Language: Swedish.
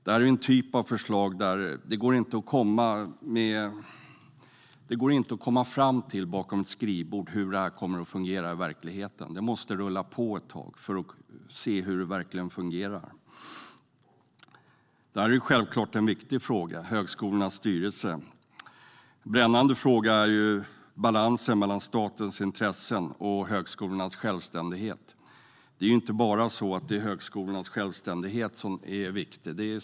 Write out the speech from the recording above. Det går inte att bakom ett skrivbord komma fram till hur det här kommer att fungera i verkligheten. Det måste rulla på ett tag för att man ska kunna se hur det verkligen fungerar. Högskolornas styrelser är självklart en viktig fråga. En brännande fråga är balansen mellan statens intressen och högskolornas självständighet. Det är inte bara högskolornas självständighet som är viktig.